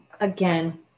again